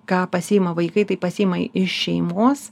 ką pasiima vaikai tai pasiima iš šeimos